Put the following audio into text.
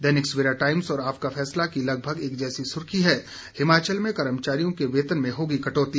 दैनिक Savera Times और आपका फैसला की लगभग एक जैसी सुर्खी है हिमाचल में कर्मचारियों के वेतन में होगी कटौती